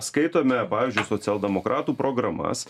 skaitome pavyzdžiui socialdemokratų programas